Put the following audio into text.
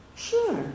Sure